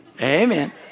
Amen